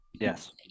Yes